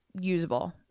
usable